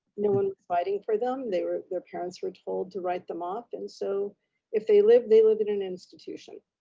no one was fighting for them. they were, their parents were told to write them off. and so if they live, they live in an institution,